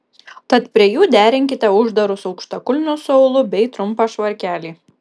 tad prie jų derinkite uždarus aukštakulnius su aulu bei trumpą švarkelį